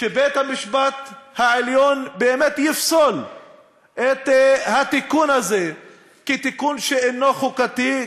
שבית-המשפט העליון באמת יפסול את התיקון הזה כתיקון שאינו חוקתי,